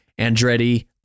Andretti